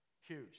Huge